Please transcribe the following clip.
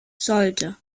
sollte